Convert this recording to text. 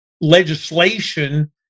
legislation